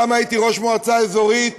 שם הייתי ראש מועצה אזורית,